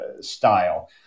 style